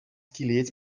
килет